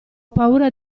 paura